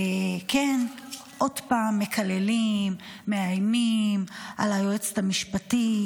כן, עוד פעם מקללים, מאיימים על היועצת המשפטית.